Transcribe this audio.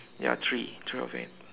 ya three three of it